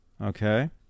Okay